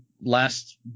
last